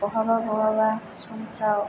बहाबा बहाबा समफ्राव